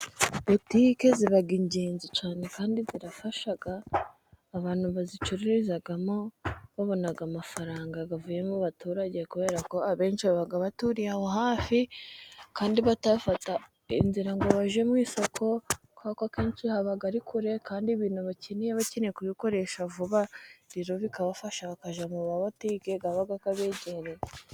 Butike ziba ingenzi cyane kandi zirafasha, abantu bazicururizamo babona amafaranga avuye mu baturage, kubera ko abenshi baba baturiye aho hafi, kandi batafata inzira ngo bajye mu isoko, kubera ko akenshi haba ari kure kandi ibintu bakeneye bakeneye kubikoresha vuba, rero bikabafasha bakajya mu mabutike aba abegereye.